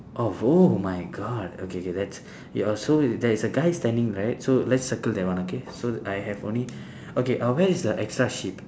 oh oh my god okay K that's your so there's a guy standing right so let's circle that one okay so I have only okay uh where is the extra sheep